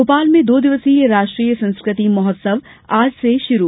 भोपाल में दो दिवसीय राष्ट्रीय संस्कृति महोत्सव आज से शुरू